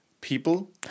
people